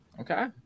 Okay